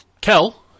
Kel